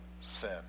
sin